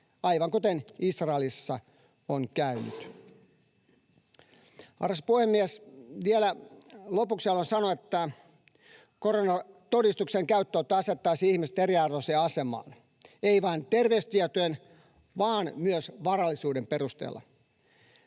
aivan kuten Israelissa on käynyt? Arvoisa puhemies! Vielä lopuksi haluan sanoa, että koronatodistuksen käyttöönotto asettaisi ihmiset eriarvoiseen asemaan ei vain terveystietojen vaan myös varallisuuden perusteella.